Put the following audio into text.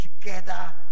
together